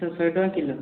ଶହେ ଟଙ୍କା କିଲୋ